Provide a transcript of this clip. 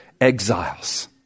exiles